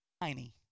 tiny